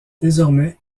désormais